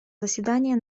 заседания